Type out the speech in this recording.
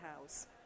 house